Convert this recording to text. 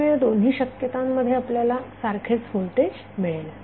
त्यामुळे या दोन्ही शक्यता मध्ये आपल्याला सारखेच व्होल्टेज मिळेल